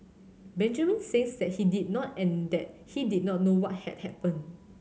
Benjamin says that he did not and that he did not know what had happened